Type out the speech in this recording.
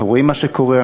אנחנו רואים מה שקורה,